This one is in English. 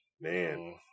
man